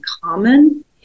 common